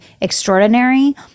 extraordinary